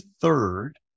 third